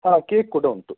ಹಾಂ ಕೇಕ್ ಕೂಡ ಉಂಟು